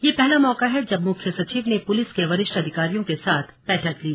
यह पहला मौका है जब मुख्य सचिव ने पुलिस के वरिष्ठ अधिकारियों के साथ बैठक ली